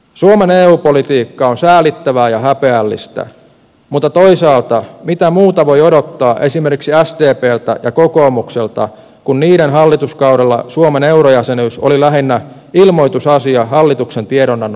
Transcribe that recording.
suomen eu politiikka on säälittävää ja häpeällistä mutta toisaalta mitä muuta voi odottaa esimerkiksi sdpltä ja kokoomukselta kun niiden hallituskaudella suomen eurojäsenyys oli lähinnä ilmoitusasia hallituksen tiedonannon myötä